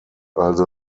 also